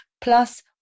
plus